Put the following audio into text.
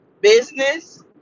business